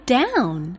down